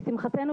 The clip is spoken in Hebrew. לשמחתנו,